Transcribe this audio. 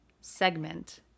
segment